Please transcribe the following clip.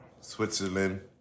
Switzerland